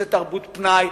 בנושאי תרבות פנאי,